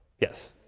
yes?